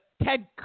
Ted